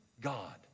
God